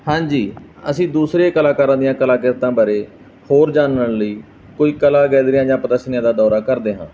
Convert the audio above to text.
ਹਾਂਜੀ ਅਸੀਂ ਦੂਸਰੇ ਕਲਾਕਾਰਾਂ ਦੀਆਂ ਕਲਾਕ੍ਰਿਤੀਆਂ ਬਾਰੇ ਹੋਰ ਜਾਣਨ ਲਈ ਕੋਈ ਕਲਾ ਗੈਲਰੀਆਂ ਜਾਂ ਪ੍ਰਦਸ਼ਨੀਆਂ ਦਾ ਦੌਰਾ ਕਰਦੇ ਹਾਂ